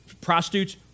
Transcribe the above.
Prostitutes